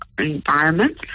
environment